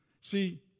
See